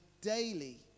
daily